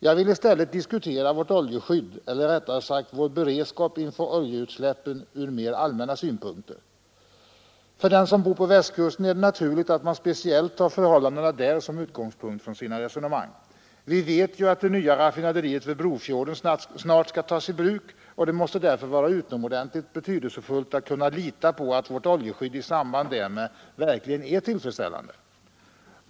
Jag vill i stället diskutera vårt oljeskydd eller rättare sagt vår beredskap inför oljeutsläppen ur mer allmänna synpunkter. Och för den som bor på Västkusten är det naturligt att man speciellt tar förhållandena där som utgångspunkt för sitt resonemang. Vi vet ju att det nya raffinaderiet vid Brofjorden snart skall tas i bruk, och det måste därför vara utomordentligt betydelsefullt att vårt oljeskydd i samband därmed verkligen är tillfredsställande.